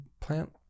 plant